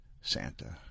Santa